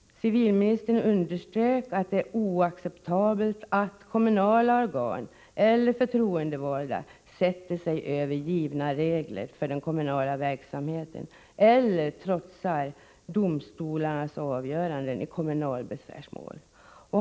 Civilministern underströk, att det är oacceptabelt att kommunala organ eller förtroendevalda sätter sig över givna regler för den kommunala verksamheten eller trotsar domstolarnas avgöranden i kommunala besvärsmål.